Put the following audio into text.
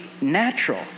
natural